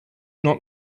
not